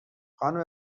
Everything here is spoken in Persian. خانوم